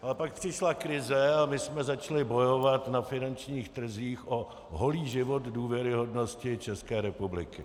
Ale pak přišla krize a my jsme začali bojovat na finančních trzích o holý život důvěryhodnosti České republiky.